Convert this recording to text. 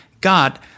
God